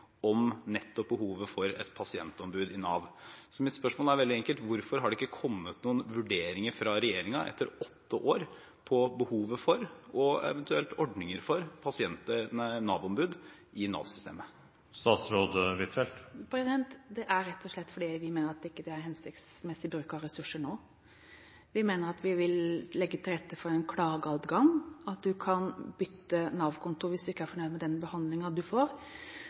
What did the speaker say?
om nettopp behovet for et pasientombud i Nav. Så mitt spørsmål er veldig enkelt: Hvorfor har det ikke kommet noen vurderinger fra regjeringen etter åtte år på behovet for – eventuelt ordninger for – pasientombud i Nav-systemet? Det er rett og slett fordi vi mener at det ikke er hensiktsmessig bruk av ressurser nå. Vi mener at vi vil legge til rette for en klageadgang, at en kan bytte Nav-kontor hvis en ikke er fornøyd med den behandlingen en får.